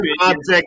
object